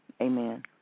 Amen